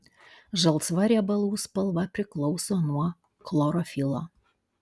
žalsva riebalų spalva priklauso nuo chlorofilo